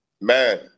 Man